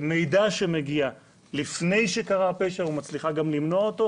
מידע שמגיע לפני שקרה הפשע ומצליחה גם למנוע אותו,